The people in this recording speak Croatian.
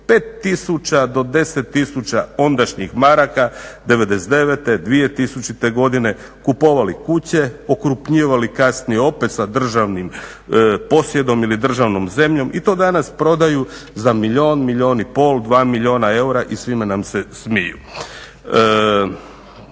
tisuća do 10 tisuća ondašnjih maraka '99., 2000.godine kupovali kuće, okrupnjivali kasnije opet sa državnim posjedom ili državnom zemljom i to danas prodaju za miljon, milijun i pol, dva milijuna eura i svima nam se smiju.